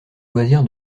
loisir